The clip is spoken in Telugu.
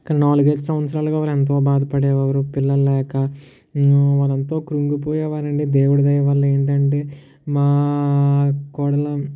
కానీ నాలుగైదు సంవత్సరులుగా వాళ్ళు ఎంతో బాధ పడేవారు పిల్లలు లేక వాళ్ళు ఎంతో కృంగి పోయేవారండి దేవుడు దయ వల్ల ఏంటంటే మా కోడలు